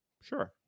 Sure